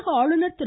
தமிழக ஆளுநர் திரு